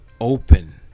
Open